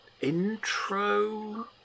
intro